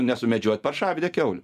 nesumedžiot paršavedę kiaulę